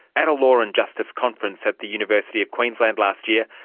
at a law and justice conference at the university of queensland last year,